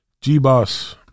G-Boss